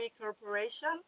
Corporation